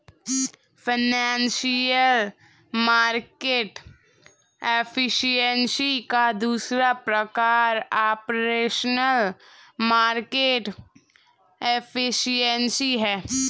financial market efficiency का दूसरा प्रकार ऑपरेशनल मार्केट एफिशिएंसी है